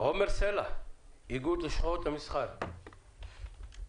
עומר סלע, איגוד לשכות המסחר, בבקשה.